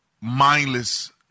mindless